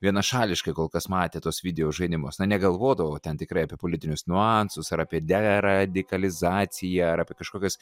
vienašališkai kol kas matė tuos videožaidimus na negalvodavo ten tikrai apie politinius niuansus ar apie deradikalizaciją ar apie kažkokias